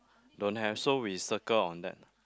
don't have so we circle on that